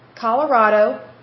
Colorado